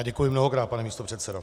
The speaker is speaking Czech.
Děkuji mnohokrát, pane místopředsedo.